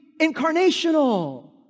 incarnational